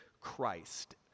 Christ